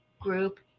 group